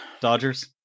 Dodgers